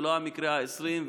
ולא המקרה ה-20,